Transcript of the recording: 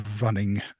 running